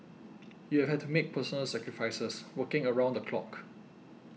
you have had to make personal sacrifices working around the clock